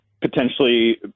potentially